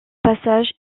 passage